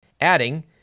adding